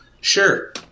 Sure